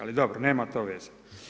Al dobro, nema to veze.